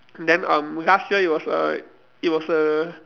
then um last year it was a it was a